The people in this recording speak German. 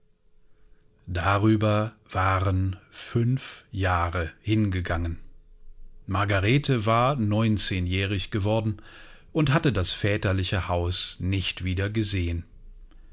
darüber waren fünf jahre hingegangen margarete war neunzehnjährig geworden und hatte das väterliche haus nicht wieder gesehen